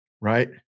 Right